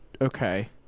Okay